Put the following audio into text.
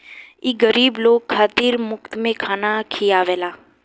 ई गरीब लोग खातिर मुफ्त में खाना खिआवेला